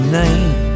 name